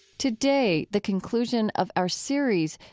today, the conclusion of our series,